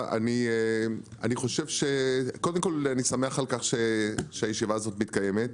אני שמח על כך שהישיבה הזו מתקיימת,